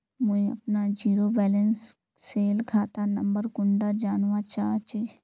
मुई अपना zero balance सेल खाता नंबर कुंडा जानवा चाहची?